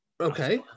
Okay